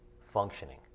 functioning